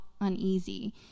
uneasy